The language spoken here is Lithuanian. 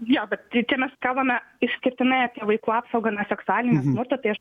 jo bet tai čia mes kalbame išskirtinai apie vaikų apsaugą nuo seksualinio smurto tai aš